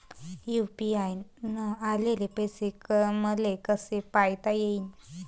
UPI न आलेले पैसे मले कसे पायता येईन?